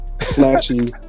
Flashy